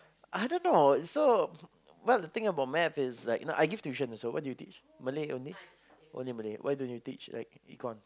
I don't know so well the thing about maths is like you know I give tuition also what do you teach Malay only only Malay why don't you teach like econs